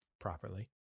properly